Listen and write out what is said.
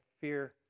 fear